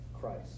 Christ